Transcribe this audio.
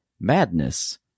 Madness